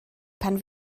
pan